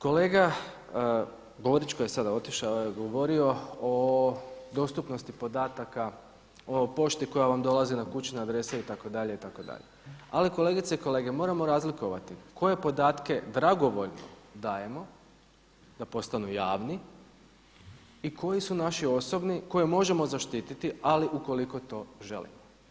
Kolega Borić koji je sada otišao je govorio o dostupnosti podataka o pošti koja vam dolazi na kućne adrese itd., itd. ali kolegice i kolege, moramo razlikovati koje podatke dragovoljno dajemo da postanu javni i koji su naši osobni koje možemo zaštiti, ali ukoliko to želimo.